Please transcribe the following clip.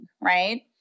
right